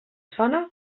sona